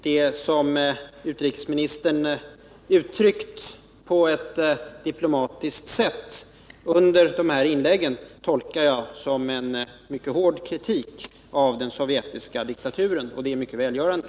Det som utrikesministern uttryckt på ett diplomatiskt sätt under de här inläggen tolkar jag som en mycket hård kritik av den sovjetiska diktaturen — och det är mycket Nr 47